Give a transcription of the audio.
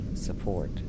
support